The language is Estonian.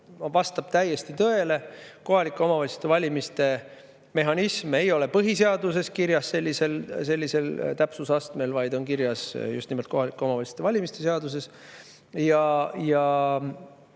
vastab täiesti tõele. Kohalike omavalitsuste valimiste mehhanism ei ole põhiseaduses kirjas sellise täpsusastmega, vaid on kirjas just nimelt kohalike omavalitsuste valimise seaduses.